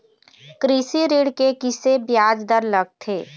कृषि ऋण के किसे ब्याज दर लगथे?